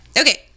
okay